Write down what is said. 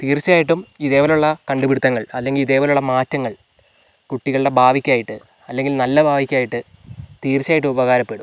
തീർച്ചയായിട്ടും ഇതേപോലുള്ള കണ്ടുപിടുത്തങ്ങൾ അല്ലെങ്കിൽ ഇതേപോലുള്ള മാറ്റങ്ങൾ കുട്ടികളുടെ ഭാവിക്കായിട്ട് അല്ലെങ്കിൽ നല്ല ഭാവിക്കായിട്ട് തീർച്ചയായിട്ടും ഉപകാരപ്പെടും